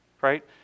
right